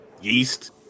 yeast